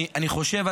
אני חושב,